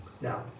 Now